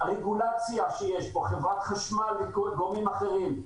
הרגולציה שיש פה, חברת חשמל וגורמים אחרים.